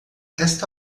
esta